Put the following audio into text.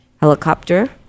helicopter